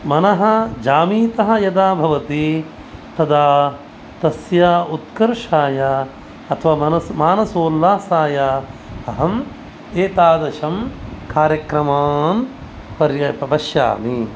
मनः जामिता यदा भवति तदा तस्य उत्कर्षाय अथवा मनस् मानसोल्लासाय अहम् एतादृशं कार्यक्रमां पर्य पश्यामि